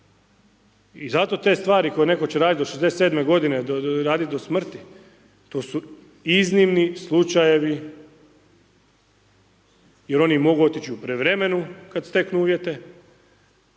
I zato te stvari koje neko će radit do 67 godine radit do smrti to su iznimni slučajevi jer oni mogu otići u prijevremenu kad steknu uvjete,